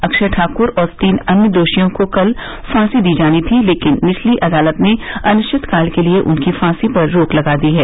अक्षय ठाकुर और तीन अन्य दोषियों को कल फांसी दी जानी थी लेकिन निचली अदालत ने अनिश्चितकाल के लिए उनकी फांसी पर रोक लगा दी है